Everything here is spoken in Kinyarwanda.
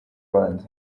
rwanda